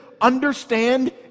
understand